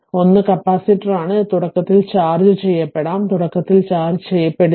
ഒന്ന് കപ്പാസിറ്റർ ആണ് ഇത് തുടക്കത്തിൽ ചാർജ്ജ് ചെയ്യപ്പെടാം തുടക്കത്തിൽ ചാർജ്ജ് ചെയ്യപ്പെടില്ല